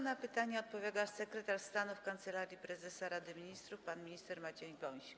Na pytania odpowiada sekretarz stanu w Kancelarii Prezesa Rady Ministrów pan minister Maciej Wąsik.